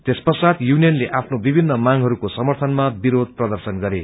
त्यस पश्चात युनियनले आफ्नो विभिन्न मांगहरूको समर्थनमा विरोध प्रर्दशन पनि गरे